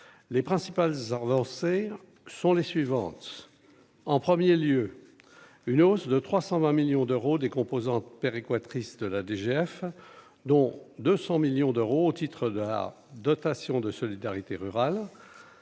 les principales avancées sont les suivantes : en 1er lieu une hausse de 320 millions d'euros des composantes quoi triste la DGF, dont 200 millions d'euros au titre de la dotation de solidarité rurale